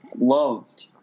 loved –